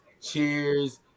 cheers